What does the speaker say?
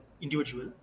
individual